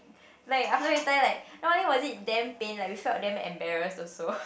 like after we tie like not only was it damn pain we felt damn embarrassed also